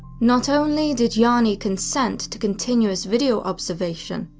not only did jani consent to continuous video observation,